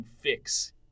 fix